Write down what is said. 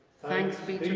thanks be